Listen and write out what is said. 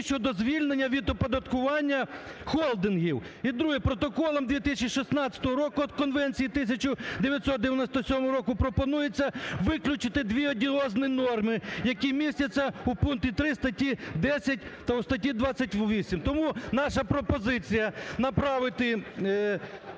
щодо звільнення від оподаткування холдингів. І, друге, Протоколом 2016 року от Конвенції 1997 року пропонується виключити дві одіозні норми, які містяться у пункті 3 статті 10 та у статті 28. Тому наша пропозиція: направити